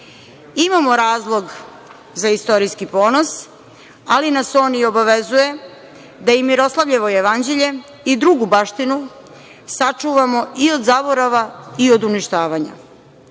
razlog za istorijski ponos, ali nas on i obavezuje da i Miroslavljevo jevanđelje i drugu baštinu sačuvamo i od zaborava i od uništavanja.